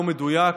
לא מדויק,